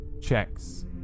checks